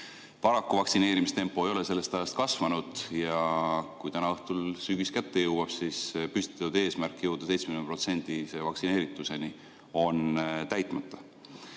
Paraku vaktsineerimistempo ei ole sellest ajast kasvanud ja kui täna õhtul sügis kätte jõuab, siis püstitatud eesmärk jõuda 70% vaktsineerituseni on täitmata. Samamoodi